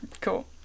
Cool